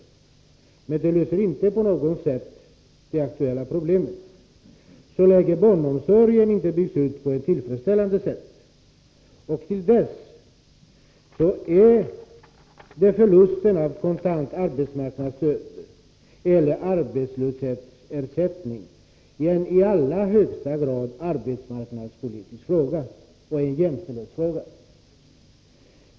Men den inställningen löser inte på något sätt det aktuella problemet, så länge barnomsorgen inte byggs ut på ett tillfredsställande sätt. Till dess är förlusten av kontant arbetsmarknadsstöd eller arbetslöshetsersättning en i allra högsta grad arbetsmarknadspolitisk fråga och en jämställdhetsfråga.